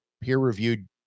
peer-reviewed